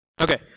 Okay